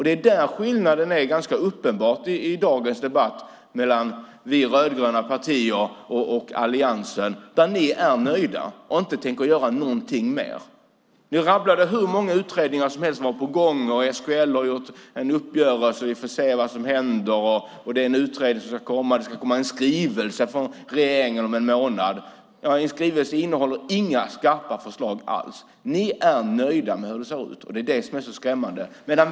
Där är skillnaden i dagens debatt uppenbar mellan vi rödgröna partier och Alliansen. Ni är nöjda och tänker inte göra något mer. Ni rabblade upp hur många utredningar som helst som var på gång. SKL har gjort en uppgörelse och vi får se vad som händer. Det ska komma en utredning, och det ska komma en skrivelse från regeringen om en månad och så vidare. En skrivelse innehåller inga skarpa förslag alls! Ni är nöjda med hur det ser ut, och det är det som är så skrämmande.